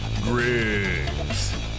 Griggs